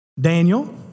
Daniel